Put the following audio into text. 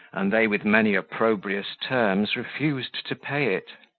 and they with many opprobrious terms refused to pay it.